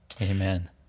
Amen